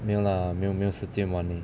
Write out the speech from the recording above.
没有啦没有没有时间玩 leh